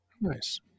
Nice